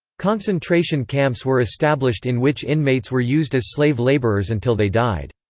concentration camps were established in which inmates were used as slave laborers until they died.